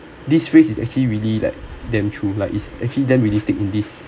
this phrase is actually really like damn true like is actually damn realistic in this